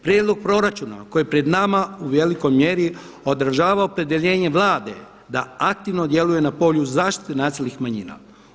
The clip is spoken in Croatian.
Prijedlog proračuna koji je pred nama u velikoj mjeri održava opredjeljenje Vlade da aktivno djeluje na polju zaštite nacionalnih manjina.